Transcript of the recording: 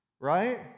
Right